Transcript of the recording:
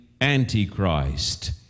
antichrist